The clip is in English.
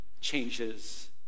changes